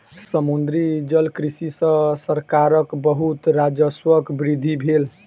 समुद्री जलकृषि सॅ सरकारक बहुत राजस्वक वृद्धि भेल